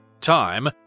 Time